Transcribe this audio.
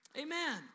Amen